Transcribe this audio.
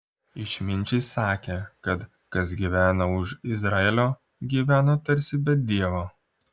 išminčiai sakė kad kas gyvena už izraelio gyvena tarsi be dievo